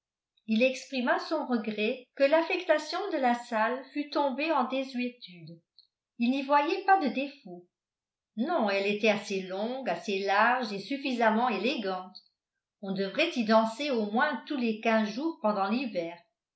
il exprima son regret que l'affectation de la salle fut tombée en désuétude il n'y voyait pas de défauts non elle était assez longue assez large et suffisamment élégante on devrait y danser au moins tous les quinze jours pendant l'hiver